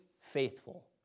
faithful